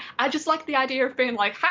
i just like the idea of being like, ha!